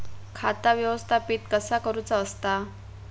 खाता व्यवस्थापित कसा करुचा असता?